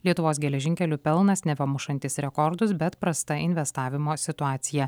lietuvos geležinkelių pelnas neva mušantis rekordus bet prasta investavimo situacija